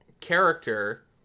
character